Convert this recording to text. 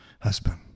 Husband